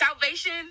salvation